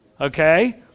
okay